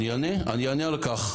אני אענה על כך.